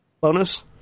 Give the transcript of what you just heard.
bonus